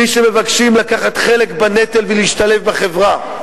מי שמבקשים לקחת חלק בנטל ולהשתלב בחברה.